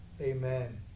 amen